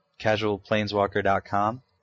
casualplaneswalker.com